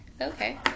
Okay